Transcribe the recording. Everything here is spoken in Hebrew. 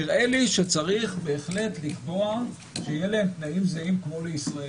נראה לי שצריך בהחלט לקבוע שיהיו להם תנאים זהים כמו לישראלים.